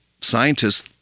scientists